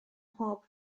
mhob